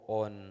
on